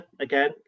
again